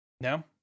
No